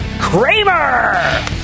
Kramer